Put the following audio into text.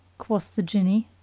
quoth the jinni,